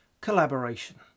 collaboration